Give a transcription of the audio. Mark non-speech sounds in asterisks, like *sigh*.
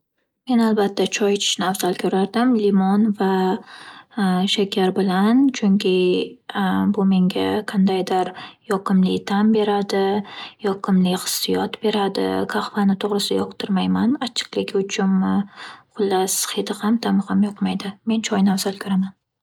Men albatta choy ichishni afzal ko'rardim limon va shakar bilan. *hesitation* Chunki bu menga qandaydir yoqimli ta'm beradi, yoqimli hissiyot beradi. Qahvani to'g'risi yoqtirmayman achchiqligi uchunmi xullas hidi ham, ta'mi ham yoqmaydi. Men choyni afzal ko'raman.